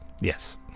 Yes